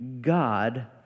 God